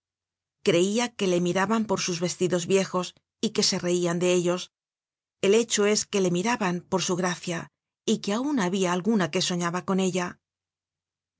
creia que le miraban por sus vestidos viejos y que se reian de ellos el hecho es que le miraban por su gracia y que aun habia alguna que soñaba con ella